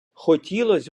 хотілось